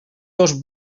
dos